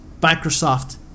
Microsoft